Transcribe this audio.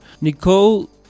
Nicole